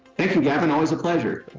thank you, gavin! always a pleasure!